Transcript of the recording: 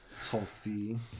Tulsi